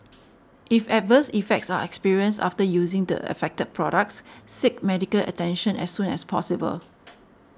if adverse effects are experienced after using the affected products seek medical attention as soon as possible